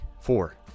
four